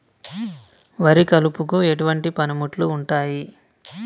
వరి కలుపుకు ఎటువంటి పనిముట్లు ఉంటాయి?